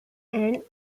and